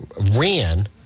ran